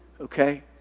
okay